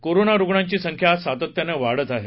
corona रूग्णांची संख्या सातत्यानं वाढत आहे